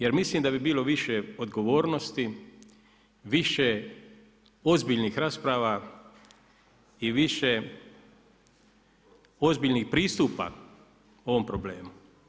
Jer mislim da bi bilo više odgovornosti, više ozbiljnih rasprava i više ozbiljnih pristupa o ovom problemu.